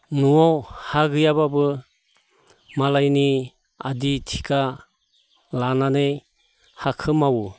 न'आव हा गैयाब्लाबो मालायनि आदि थिखा लानानै हाखो मावो